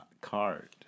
card